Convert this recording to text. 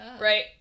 right